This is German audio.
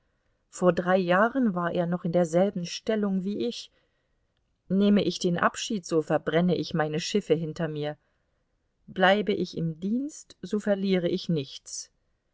vor drei jahren war er noch in derselben stellung wie ich nehme ich den abschied so verbrenne ich meine schiffe hinter mir bleibe ich im dienst so verliere ich nichts